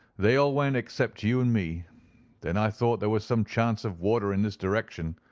they all went except you and me then i thought there was some chance of water in this direction,